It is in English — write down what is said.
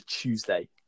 Tuesday